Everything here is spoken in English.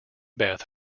beth